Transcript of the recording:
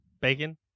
bacon